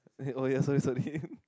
eh oh yeah sorry sorry